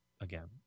again